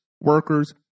workers